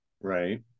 Right